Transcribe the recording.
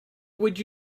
would